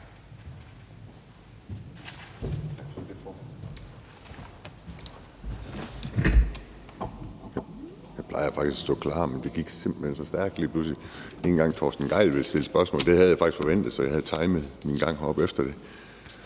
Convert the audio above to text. Jeg plejer faktisk at stå klar, men det gik simpelt hen lige pludselig så stærkt. Ikke engang Torsten Gejl ville stille spørgsmål. Det havde jeg faktisk forventet, så jeg havde timet min gang herop efter det.